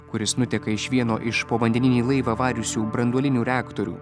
kuris nuteka iš vieno iš povandeninį laivą variusių branduolinių reaktorių